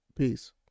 Peace